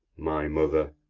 my mother,